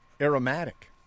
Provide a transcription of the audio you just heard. aromatic